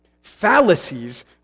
Fallacies